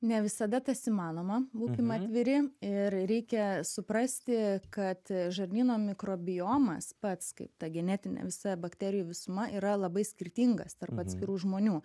ne visada tas įmanoma būkim atviri ir reikia suprasti kad žarnyno mikrobiomas pats kaip ta genetinė visa bakterijų visuma yra labai skirtingas tarp atskirų žmonių